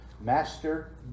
master